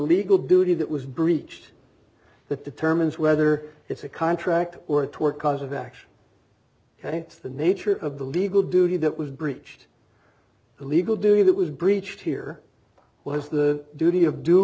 legal duty that was breached that determines whether it's a contract or a tort cause of action and it's the nature of the legal duty that was breached the legal duty that was breached here was the duty of do